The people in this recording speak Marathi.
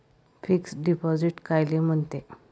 फिक्स डिपॉझिट कायले म्हनते?